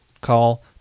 call